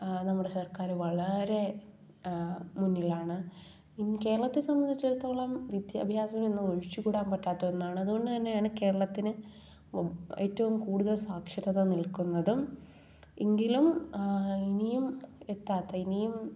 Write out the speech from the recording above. നമ്മുടെ സർക്കാർ വളരെ മുന്നിലാണ് ഇനി കേരളത്തെ സംബന്ധിച്ചിടത്തോളം വിദ്യാഭ്യാസം ഇന്ന് ഒഴിച്ചുകൂടാൻ പറ്റാത്ത ഒന്നാണ് അതുകൊണ്ട് തന്നെയാണ് കേരളത്തിന് ഉബ് ഏറ്റവും കൂടുതൽ സാക്ഷരത നിൽക്കുന്നതും എങ്കിലും ഇനിയും എത്താത്ത ഇനിയും